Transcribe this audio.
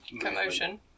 Commotion